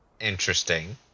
Interesting